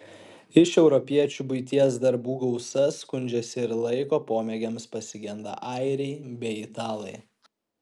iš europiečių buities darbų gausa skundžiasi ir laiko pomėgiams pasigenda airiai bei italai